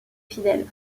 fidèle